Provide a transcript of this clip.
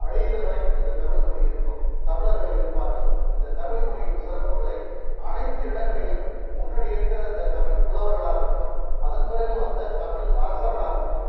அழிகிற வரைக்கும் இந்த தமிழ்மொழி இருக்கும் தமிழர்கள் இருப்பார்கள் இந்த தமிழ்மொழியின் சிறப்புகளை அனைத்து இடங்களிலும் முன்னாடி இருக்கிற அந்த தமிழ் புலவர்களாக இருக்கட்டும் அதன் பிறகு வந்த தமிழ் அரசர்களாக இருக்கட்டும்